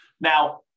Now